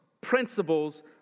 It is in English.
principles